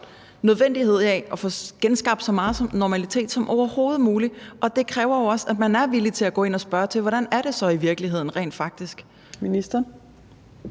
med hensyn til at få genskabt så meget normalitet som overhovedet muligt. Og det kræver jo også, at man er villig til at gå ind og spørge til: Hvordan er det så i virkeligheden rent faktisk? Kl.